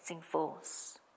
force